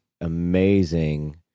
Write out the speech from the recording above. amazing